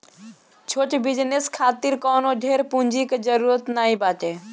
छोट बिजनेस खातिर कवनो ढेर पूंजी के जरुरत नाइ बाटे